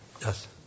Yes